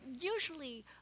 usually